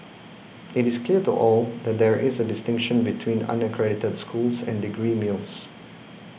it is clear to all that there is a distinction between unaccredited schools and degree mills